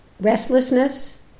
restlessness